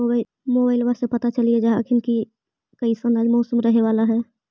मोबाईलबा से पता चलिये जा हखिन की कैसन आज मौसम रहे बाला है?